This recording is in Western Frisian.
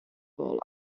wolle